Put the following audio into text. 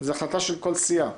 זו החלטה של כל סיעה,